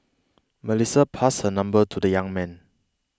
Melissa passed her number to the young man